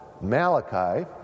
Malachi